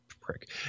prick